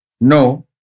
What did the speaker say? No